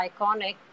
iconic